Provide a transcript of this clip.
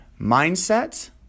mindset